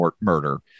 murder